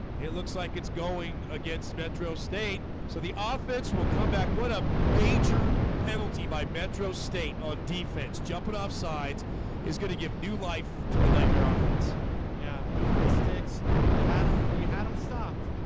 it looks like it's going against metro state. so the offense will come back what a major penalty by metro state on defense jumping offsides is going to give new life to the nightmare offense yeah, moving the sticks you had them you had them stopped